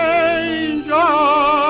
angel